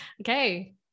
Okay